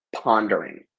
pondering